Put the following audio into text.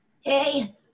Hey